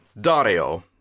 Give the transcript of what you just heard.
Dario